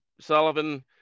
Sullivan